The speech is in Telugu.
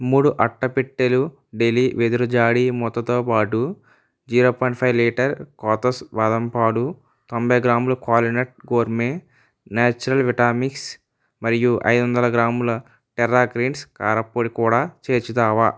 మూడు అట్టపెట్టెలు డెలి వెదురు జాడీ మూతతో బాటు జీరో పాయింట్ ఫైవ్ లీటర్ కొతస్ బాదం పాలు తొంబై గ్రాములు క్వాలినట్ గోర్మే న్యాచురల్ వీటామిక్స్ మరియు ఐదువందల గ్రాములు టెర్రా గ్రీన్స్ కారపొడి కూడా చేర్చుతావా